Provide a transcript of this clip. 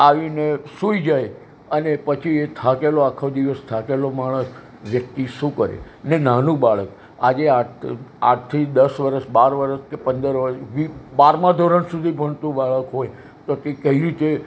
આવી ને સૂઈ જાય અને પછી એ થાકેલો આખો દિવસ થાકેલો માણસ વ્યક્તિ શું કરે ને નાનું બાળક આજે આઠ થી દસ વર્ષ બાર વર્ષ કે પંદર વર્ષ બારમા ધોરણ સુધી ભણતું બાળક હોય તો તે કઈ રીતે